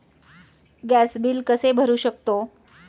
Gas bill कसे भरू शकतो?